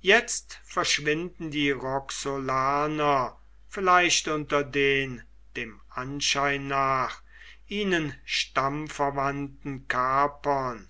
jetzt verschwinden die roxolaner vielleicht unter den dem anschein nach ihnen stammverwandten carpern